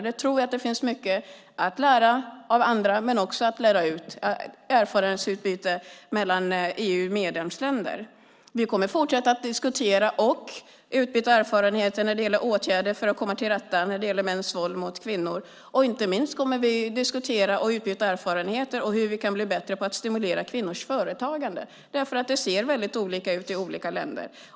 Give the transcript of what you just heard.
Jag tror att det finns mycket att lära av andra, men också att lära ut så att vi får ett erfarenhetsutbyte mellan EU:s medlemsländer. Vi kommer att fortsätta att diskutera och utbyta erfarenheter när det gäller åtgärder för att komma till rätta med mäns våld mot kvinnor. Vi kommer, inte minst, att diskutera och utbyta erfarenheter när det gäller hur vi kan bli bättre på att stimulera kvinnors företagande. Det ser väldigt olika ut i olika länder.